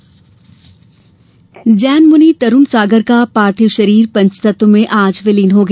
तरूण सागर जैन मुनि तरुण सागर का पार्थिव शरीर पंचतत्व में विलिन हो गया